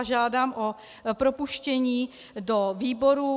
Žádám o propuštění do výborů.